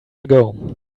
ago